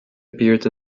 appeared